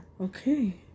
okay